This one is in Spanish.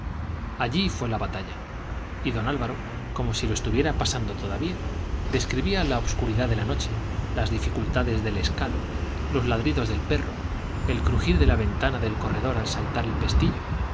allí fue la batalla y don álvaro como si lo estuviera pasando todavía describía la obscuridad de la noche las dificultades del escalo los ladridos del perro el crujir de la ventana del corredor al saltar el pestillo